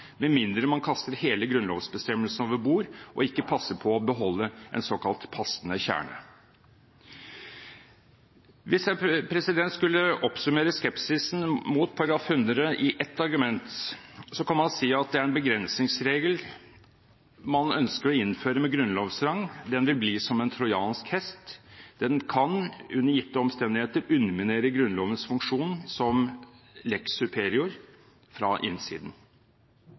med mindre man kaster hele grunnlovsbestemmelsen over bord og ikke passer på å beholde en såkalt passende kjerne. Hvis jeg skulle oppsummere skepsisen mot § 115 i ett argument, kan man si at det er en begrensningsregel man ønsker å innføre med grunnlovsrang. Den vil bli som en trojansk hest. Den kan, under gitte omstendigheter, underminere Grunnlovens funksjon som lex superior fra innsiden.